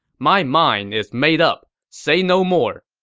my mind is made up say no more.